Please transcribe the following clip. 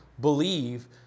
believe